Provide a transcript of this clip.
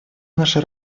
наша